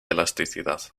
elasticidad